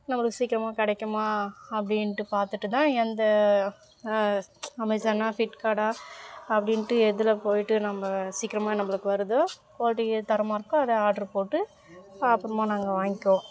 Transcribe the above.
நம்மளுக்கு சீக்கிரமாக கிடைக்குமா அப்படின்ட்டு பார்த்துட்டு தான் எந்த அமேசானா ஃப்ளிப்கார்ட்டா அப்படின்ட்டு எதில் போய்ட்டு நம்ம சீக்கிரமாக நம்மளுக்கு வருதோ குவாலிட்டி தரமாக இருக்கோ அதை ஆர்டரு போட்டு அப்புறமா நாங்கள் வாய்ங்க்குவோம்